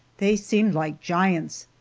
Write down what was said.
they seemed like giants,